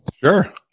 Sure